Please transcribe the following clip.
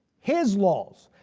his laws,